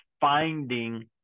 finding